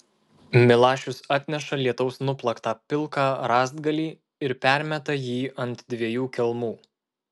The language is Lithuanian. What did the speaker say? milašius atneša lietaus nuplaktą pilką rąstgalį ir permeta jį ant dviejų kelmų